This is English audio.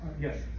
Yes